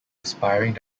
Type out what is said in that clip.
aspiring